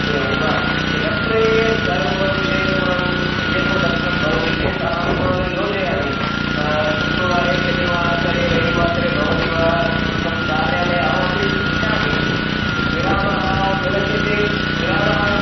एवं वा दिनत्रये सर्वविजयपुरं विजयपुरदर्शनं भवति चेत् अहं योजयामि शुक्रवारे शनिवासरे रविवासरे भवति वा अस्माकं कार्यालये अहमपि पृच्छामि विरामः मिलति चेत् विरामः